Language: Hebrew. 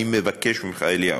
אני מבקש ממך, אליהו: